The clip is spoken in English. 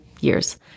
years